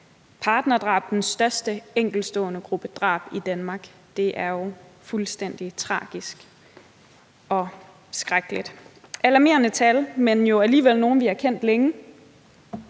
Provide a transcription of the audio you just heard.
partnerdrab den største enkeltstående gruppe drab i Danmark. Det er jo fuldstændig tragisk og skrækkeligt. Det er alarmerende tal, men jo alligevel nogle, vi har kendt længe,